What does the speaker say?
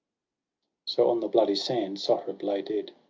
so, on the bloody sand, sohrab lay dead.